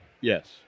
Yes